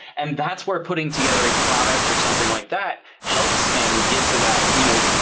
and that's where putting together a product or something like that helps them get to that, you know,